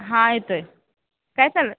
हा येतो आहे काय चाललं आहे